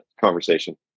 conversation